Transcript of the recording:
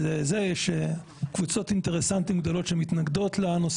יש קבוצות אינטרסנטים גדולות שמתנגדות לנושא